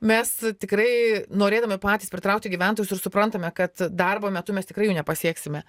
mes tikrai norėdami patys pritraukti gyventojus ir suprantame kad darbo metu mes tikrai jų nepasieksime